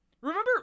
Remember